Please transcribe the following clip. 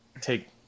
take